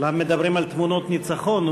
כולם מדברים על תמונות ניצחון.